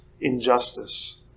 injustice